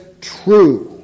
true